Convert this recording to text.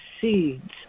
seeds